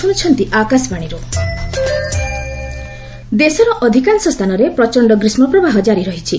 heatwave ଦେଶର ଅଧିକାଂଶ ସ୍ଥାନରେ ପ୍ରଚଣ୍ଡ ଗ୍ରୀଷ୍କ ପ୍ରବାହ ଜାରି ରହିଛି